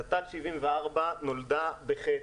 תת"ל 74 נולדה בחטא,